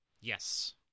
Yes